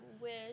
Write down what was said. wish